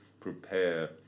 prepare